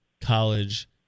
College